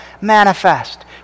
manifest